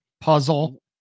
puzzle